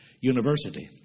University